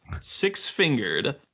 six-fingered